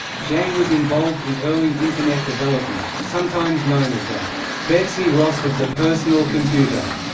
zhang was involved in early internet development sometimes known as the betsy ross of the personal computer,